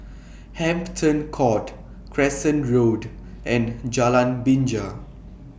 Hampton Court Crescent Road and Jalan Binja